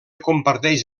comparteix